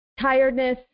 tiredness